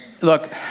Look